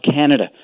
Canada